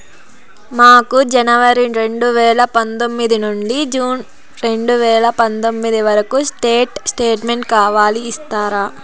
మాకు జనవరి రెండు వేల పందొమ్మిది నుండి జూన్ రెండు వేల పందొమ్మిది వరకు స్టేట్ స్టేట్మెంట్ కావాలి ఇస్తారా